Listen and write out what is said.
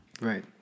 Right